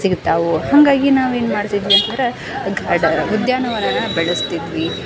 ಸಿಗ್ತಾವೆ ಹಾಗಾಗಿ ನಾವೇನು ಮಾಡ್ತಿದ್ವಿ ಅಂತಂದ್ರೆ ಉದ್ಯಾನವನನ ಬೆಳೆಸ್ತಿದ್ವಿ